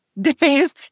days